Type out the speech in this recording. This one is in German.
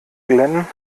glenn